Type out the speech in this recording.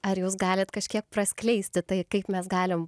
ar jūs galite kažkiek praskleisti tai kaip mes galime